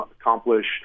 accomplish